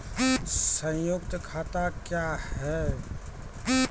संयुक्त खाता क्या हैं?